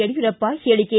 ಯಡಿಯೂರಪ್ಪ ಹೇಳಿಕೆ